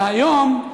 בשביל מה אתה,